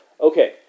Okay